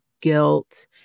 guilt